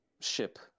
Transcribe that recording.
ship